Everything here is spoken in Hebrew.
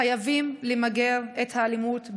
חייבים למגר את האלימות,